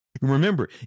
Remember